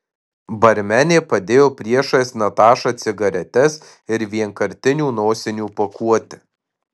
barmenė padėjo priešais natašą cigaretes ir vienkartinių nosinių pakuotę